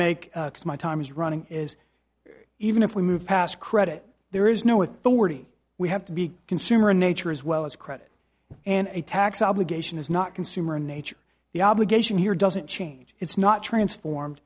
make my time is running is even if we move past credit there is no authority we have to be consumer in nature as well as credit and a tax obligation is not consumer nature the obligation here doesn't change it's not transformed